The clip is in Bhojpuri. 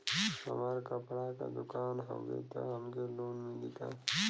हमार कपड़ा क दुकान हउवे त हमके लोन मिली का?